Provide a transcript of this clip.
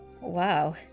Wow